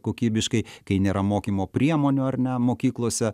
kokybiškai kai nėra mokymo priemonių ar ne mokyklose